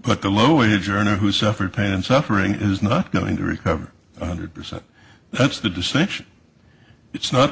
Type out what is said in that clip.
but the low wage earner who suffered pain and suffering is not going to recover one hundred percent that's the distinction it's not